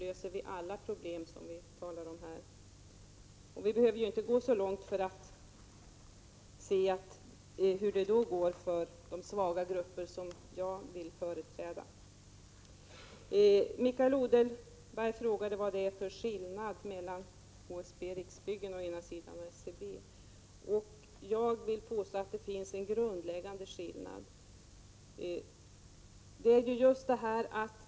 Men vi behöver inte gå så långt för att se hur det i så fall blir för de svaga grupper som jag företräder. Mikael Odenberg frågade vad det är för skillnad mellan HSB och Riksbyggen å ena sidan och SBC å andra sidan. Jag vill påstå att det finns en grundläggande skillnad.